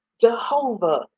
Jehovah